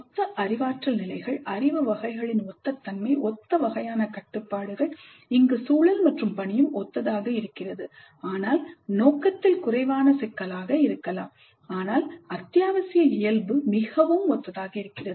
ஒத்த அறிவாற்றல் நிலைகள் அறிவு வகைகளின் ஒத்த தன்மை ஒத்த வகையான கட்டுப்பாடுகள் இங்கு சூழல் மற்றும் பணியும் ஒத்ததாக இருக்கிறது ஆனால் நோக்கத்தில் குறைவான சிக்கலாக இருக்கலாம் ஆனால் அத்தியாவசிய இயல்பு மிகவும் ஒத்ததாக இருக்கிறது